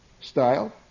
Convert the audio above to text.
style